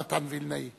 רע"ם-תע"ל ובל"ד,